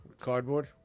cardboard